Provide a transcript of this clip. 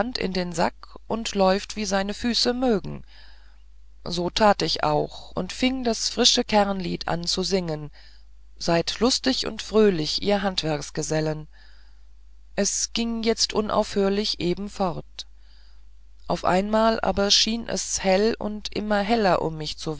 in den sack und läuft wie seine füße mögen so tat ich auch und fing das frische kernlied an zu singen seid lustig und fröhlich ihr handwerksgesellen es ging jetzt unaufhörlich eben fort auf einmal aber schien es hell und immer heller um mich